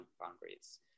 boundaries